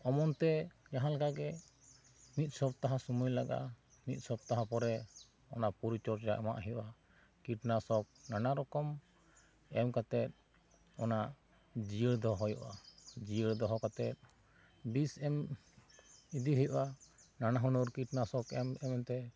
ᱚᱢᱚᱱ ᱛᱮ ᱡᱟᱦᱟᱸᱭ ᱨᱮᱜᱮ ᱢᱤᱫ ᱥᱚᱯᱛᱟᱦᱚ ᱥᱚᱢᱚᱭ ᱞᱟᱜᱟᱜᱼᱟ ᱢᱤᱫ ᱥᱚᱯᱛᱟᱦᱚ ᱯᱚᱨᱮ ᱚᱱᱟ ᱯᱚᱨᱤ ᱪᱚᱴ ᱨᱮᱭᱟᱜ ᱮᱢᱟᱜ ᱦᱩᱭᱩᱜᱼᱟ ᱠᱤᱴᱱᱟᱥᱚᱠ ᱱᱟᱱᱟ ᱨᱚᱠᱚᱢ ᱮᱢ ᱠᱟᱛᱮᱫ ᱚᱱᱟ ᱡᱤᱭᱟ ᱲ ᱫᱚᱦᱚ ᱦᱩᱭᱩᱜᱼᱟ ᱡᱤᱭᱟ ᱫᱚᱦᱚ ᱠᱟᱛᱮᱫ ᱵᱤᱥ ᱮᱢ ᱤᱫᱤ ᱦᱩᱭᱩᱜᱼᱟ ᱱᱟᱱᱟ ᱦᱩᱱᱟ ᱨ ᱠᱤᱴᱱᱟᱥᱚᱠ ᱮᱢ ᱮ ᱢᱮᱢᱛᱮ